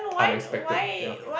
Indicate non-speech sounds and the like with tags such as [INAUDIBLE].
[NOISE] unexpected ya